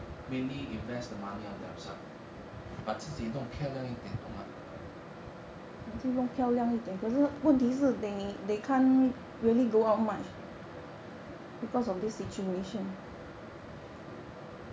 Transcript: mainly invest the money on themselves 把自己弄漂亮一点懂吗